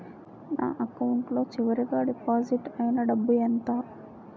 నా అకౌంట్ లో చివరిగా డిపాజిట్ ఐనా డబ్బు ఎంత?